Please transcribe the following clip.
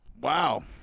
Wow